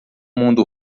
mundo